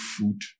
food